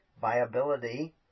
viability